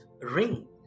ring